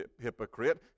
hypocrite